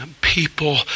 people